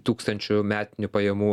tūkstančių metinių pajamų